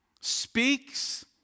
speaks